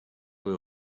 will